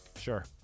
Sure